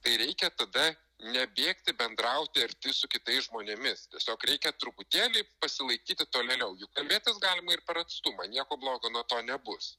kai reikia tada nebėgti bendrauti arti su kitais žmonėmis tiesiog reikia truputėlį pasilaikyti tolėliau juk kalbėtis galima ir per atstumą nieko blogo nuo to nebus